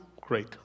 great